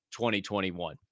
2021